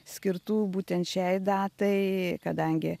skirtų būtent šiai datai kadangi